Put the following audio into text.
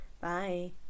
bye